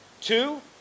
Two